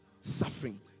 suffering